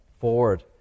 forward